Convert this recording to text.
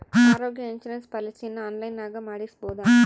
ಆರೋಗ್ಯ ಇನ್ಸುರೆನ್ಸ್ ಪಾಲಿಸಿಯನ್ನು ಆನ್ಲೈನಿನಾಗ ಮಾಡಿಸ್ಬೋದ?